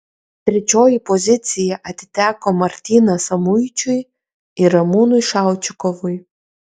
trečioji pozicija atiteko martynas samuičiui ir ramūnui šaučikovui